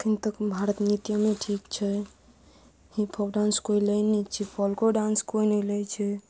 अखन तक भारत नृत्यमे ठीक छै हिपहॉप डान्स कोइ लै नहि छै फॉल्को डांस कोइ नहि लै छै